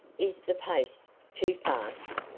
is the pace too fast?